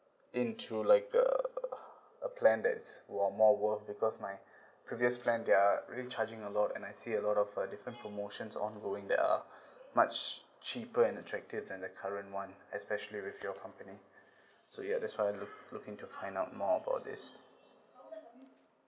into like uh a plan that's were more worth because my previous plan they are really charging a lot and I see a lot of uh different promotions ongoing that are much cheaper and attractive and the current one especially with your company so ya that's why I look looking to find out more about this